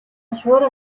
шуурга